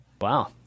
Wow